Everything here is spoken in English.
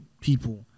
people